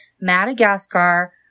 Madagascar